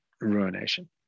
ruination